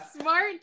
smart